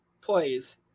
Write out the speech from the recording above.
plays